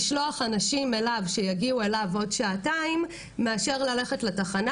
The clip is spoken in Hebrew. לשלוח אנשים אליו שיגיעו אליו בעוד שעתיים מאשר ללכת לתחנה